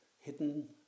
hidden